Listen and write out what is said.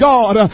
God